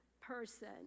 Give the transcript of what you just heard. person